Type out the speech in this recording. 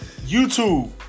YouTube